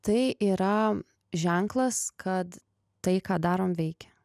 tai yra ženklas kad tai ką darom veikia